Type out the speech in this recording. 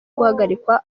guhagarikwa